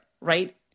right